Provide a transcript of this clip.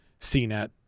CNET